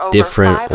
Different